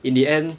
in the end